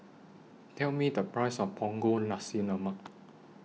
Tell Me The Price of Punggol Nasi Lemak